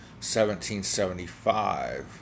1775